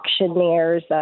auctioneers